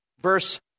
Verse